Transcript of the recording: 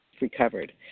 recovered